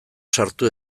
sartu